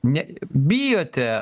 ne bijote